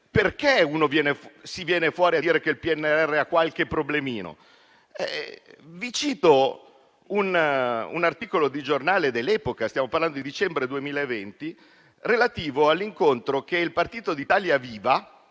perché si arriva a dire che il PNRR ha qualche problemino, cito un articolo di giornale dell'epoca (stiamo parlando del dicembre 2020) relativo all'incontro che il partito di Italia Viva,